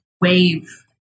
wave